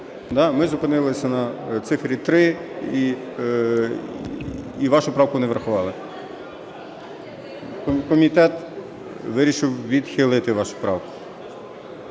Ми зупинилися на цифрі три і вашу правку не врахували. Комітет вирішив відхилити вашу правку.